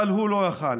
אבל הוא לא יכול.